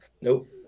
Nope